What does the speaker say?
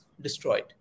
destroyed